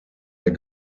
der